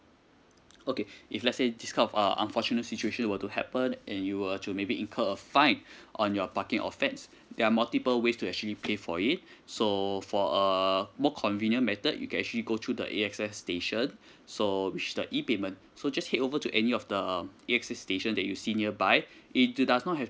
okay if let's say this kind of uh unfortunate situation were to happen and you were to maybe incur a fine on your parking offence there are multiple ways to actually pay for it so for uh more convenient method you can actually go through the A_X_S station so which is the E payment so just head over to any of the A_X_S station that you see nearby it does not have